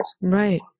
Right